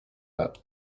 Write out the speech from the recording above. pas